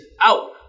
out